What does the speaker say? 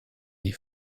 die